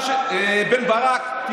רם בן ברק,